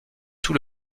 tout